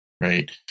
right